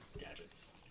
gadgets